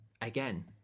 again